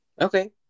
okay